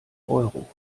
euro